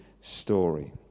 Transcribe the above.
story